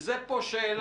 וזו פה שאלת